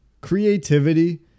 creativity